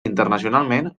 internacionalment